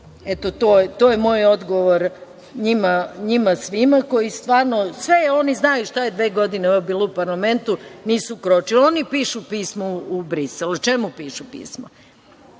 Eto, to je moj odgovor njima svima. Sve oni znaju šta je dve godine bilo u parlamentu, a nisu kročili. Oni pišu pismo u Brisel? O čemu pišu pisma,